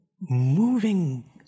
moving